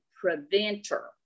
preventer